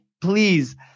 please